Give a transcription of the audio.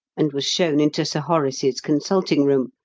and was shown into sir horace's consulting-room,